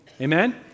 Amen